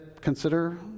consider